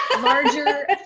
larger